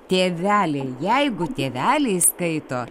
tėveliai jeigu tėveliai skaito